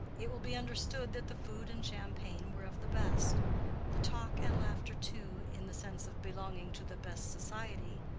it will be understood that the food and champagne were of the best the talk and laughter too, in the sense of belonging to the best society,